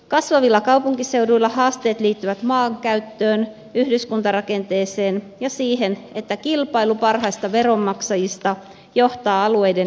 kasvavilla kaupunkiseuduilla haasteet liittyvät maankäyttöön yhdyskuntarakenteeseen ja siihen että kilpailu parhaista veronmaksajista johtaa alueiden eriarvoistumiseen